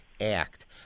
act